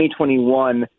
2021